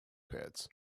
pits